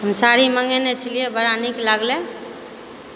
हम साड़ी मँगेने छलिए बड़ा नीक लागलै